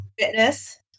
Fitness